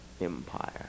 empire